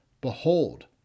Behold